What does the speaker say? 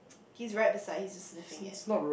he's right beside he's a sniffing it